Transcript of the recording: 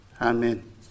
Amen